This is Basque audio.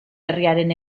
herriaren